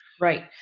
Right